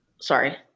Sorry